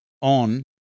on